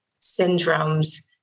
syndromes